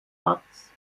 orts